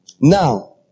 Now